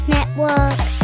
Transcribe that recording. Network